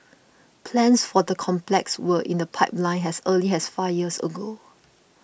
plans for the complex were in the pipeline as early as five years ago